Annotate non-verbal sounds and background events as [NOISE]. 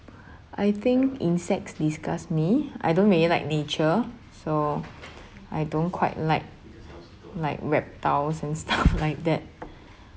I think insects disgust me I don't really like nature so I don't quite like like reptiles and stuff [LAUGHS] like that